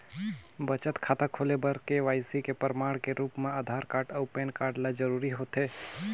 बचत खाता खोले बर के.वाइ.सी के प्रमाण के रूप म आधार अऊ पैन कार्ड ल जरूरी होथे